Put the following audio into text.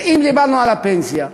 ואם דיברנו על הפנסיה,